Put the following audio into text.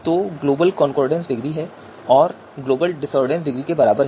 तो यह global concordance degree है और ग्लोबल डिसॉर्डेंस डिग्री के बराबर है